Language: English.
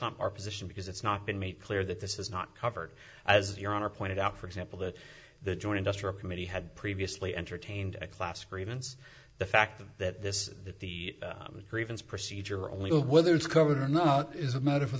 not our position because it's not been made clear that this is not covered as your honor pointed out for example that the join industrial committee had previously entertained a class grievance the fact that this that the grievance procedure only whether it's covered or not is a matter for